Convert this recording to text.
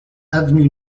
avenue